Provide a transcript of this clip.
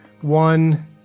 one